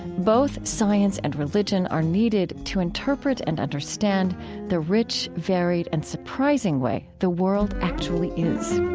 both science and religion are needed to interpret and understand the rich, varied, and surprising way the world actually is.